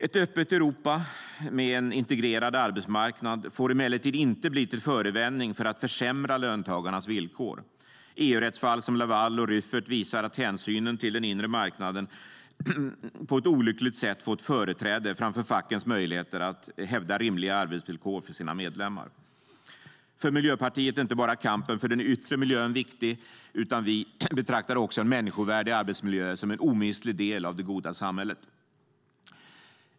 Ett öppet Europa med en integrerad arbetsmarknad får emellertid inte bli till förevändning för att försämra löntagarnas villkor. EU-rättsfall som Laval och Rüffert visar att hänsynen till den inre marknaden på ett olyckligt sätt fått företräde framför fackens möjligheter att hävda rimliga arbetsvillkor för sina medlemmar. För Miljöpartiet är inte bara kampen för den yttre miljön viktig, utan vi betraktar också en människovärdig arbetsmiljö som en omistlig del av det goda samhället.